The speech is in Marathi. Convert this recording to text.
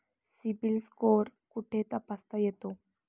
सिबिल स्कोअर कुठे तपासता येतो?